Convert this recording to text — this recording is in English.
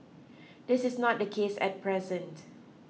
this is not the case at present